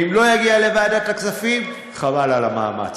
ואם לא יגיע לוועדת הכספים, חבל על המאמץ.